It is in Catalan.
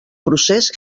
procés